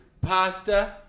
Pasta